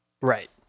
Right